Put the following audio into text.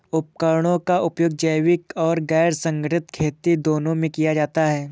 उपकरणों का उपयोग जैविक और गैर संगठनिक खेती दोनों में किया जाता है